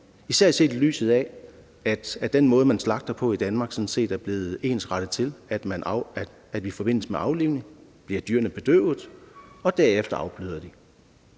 især set i lyset af at den måde, man slagter på i Danmark, er blevet ensrettet til, at dyrene i forbindelse med aflivning bliver bedøvet, og derefter afbløder de.